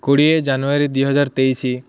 କୋଡ଼ିଏ ଜାନୁଆରୀ ଦୁଇ ହଜାର ତେଇଶି